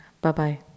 Bye-bye